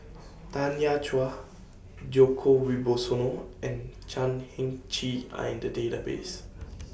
Tanya Chua Djoko Wibisono and Chan Heng Chee Are in The Database